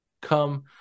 come –